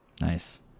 Nice